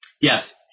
Yes